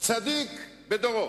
צדיק בדורו.